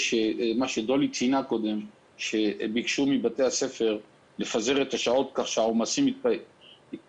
מכיוון שביקשו מבתי הספר לפזר את השעות כך שהעומס יתפזר